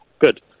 good